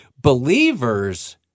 believers